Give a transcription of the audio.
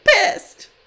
pissed